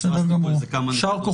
בסדר גמור.